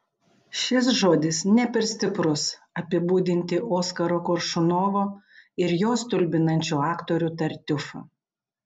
šis žodis ne per stiprus apibūdinti oskaro koršunovo ir jo stulbinančių aktorių tartiufą